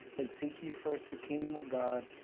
ah seek ye first the kingdom of god,